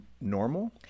normal